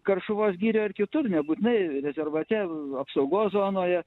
karšuvos girioj ir kitur nebūtinai rezervate apsaugos zonoje